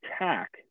Attack